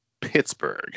pittsburgh